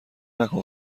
نکن